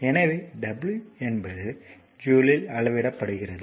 எனவே w என்பது ஜூலில் அளவிடப்படுகிறது